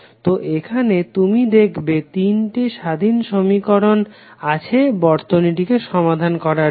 তো এখানে তুমি দেখবে তিনটি স্বাধীন সমীকরণ আছে বর্তনীটিকে সমাধান করার জন্য